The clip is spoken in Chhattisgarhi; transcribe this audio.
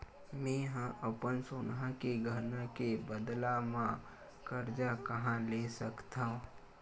मेंहा अपन सोनहा के गहना के बदला मा कर्जा कहाँ ले सकथव?